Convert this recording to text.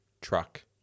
truck